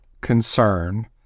concern